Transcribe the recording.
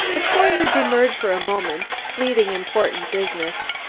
the coroner demurred for a moment, pleading important business,